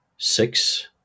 six